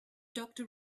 doctor